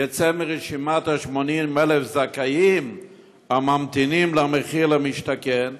יצא מרשימת 80,000 הזכאים הממתינים ל"מחיר למשתכן",